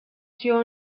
your